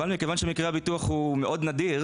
אבל מכיוון שזה מקרה ביטוח מאוד נדיר,